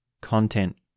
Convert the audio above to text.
content